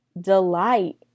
delight